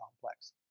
complex